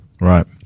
Right